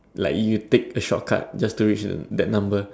like you take a shortcut just to reach that number